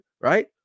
right